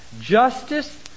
justice